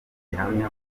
gihamya